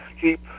keep